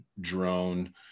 drone